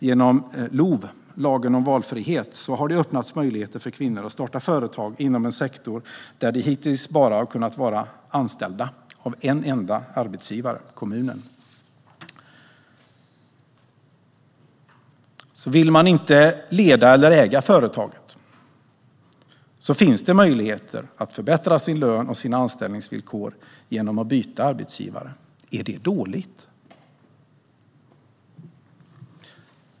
Genom LOV, lagen om valfrihet, har det öppnats möjligheter för kvinnor att starta företag inom en sektor där de hittills bara kunnat vara anställda av en enda arbetsgivare, nämligen kommunen. Vill man inte leda eller äga företaget finns möjligheten att förbättra sin lön och sina anställningsvillkor genom att byta arbetsgivare. Är det dåligt?